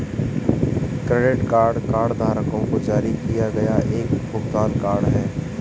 credit card कार्डधारकों को जारी किया गया एक भुगतान कार्ड है